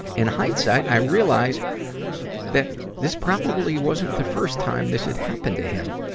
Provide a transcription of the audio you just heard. in hindsight, i realize that this probably wasn't the first time this had happened to him,